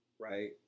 Right